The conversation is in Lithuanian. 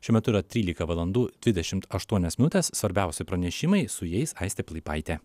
šiuo metu yra trylika valandų dvidešimt aštuonios minutes svarbiausi pranešimai su jais aistė plaipaitė